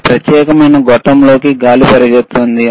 ఈ ప్రత్యేకమైన గొట్టంలోకి గాలి పరుగెత్తుతుంది